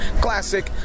classic